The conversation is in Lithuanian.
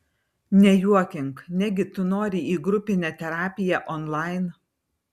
nejuokink negi tu nori į grupinę terapiją onlain